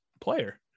player